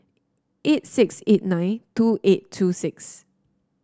eight six eight nine two eight two six